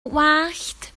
wallt